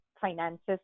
finances